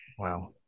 Wow